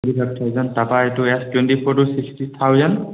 এইটো five thousand তাৰ পৰা এইটো এছ টুৱেণ্টি ফ'ৰটো চিক্সটি থাউচেণ্ড